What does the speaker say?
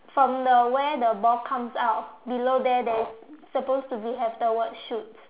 from the where the ball comes out below there there is supposed to be have the word shoot